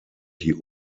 die